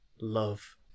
love